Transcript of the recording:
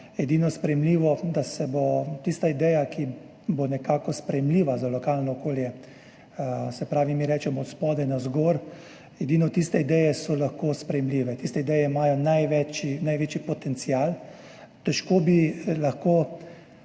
edino sprejemljivo, da tiste ideje, ki bodo nekako sprejemljive za lokalno okolje, mi rečemo od spodaj navzgor, edino tiste ideje so lahko sprejemljive. Tiste ideje imajo največji potencial. Težko bi lahko